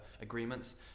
agreements